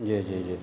جی جی جی